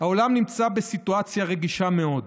העולם נמצא בסיטואציה רגישה מאוד.